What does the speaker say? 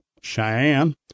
Cheyenne